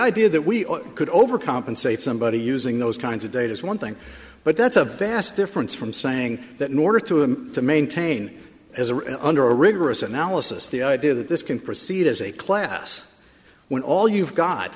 idea that we could overcompensate somebody using those kinds of data is one thing but that's a vast difference from saying that nor to him to maintain under a rigorous analysis the idea that this can proceed as a class when all you've got